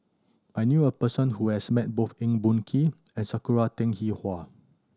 I knew a person who has met both Eng Boh Kee and Sakura Teng Hua